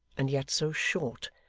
and yet so short,